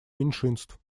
меньшинств